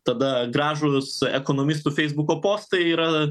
tada gražūs su ekonomistų feisbuko postai yra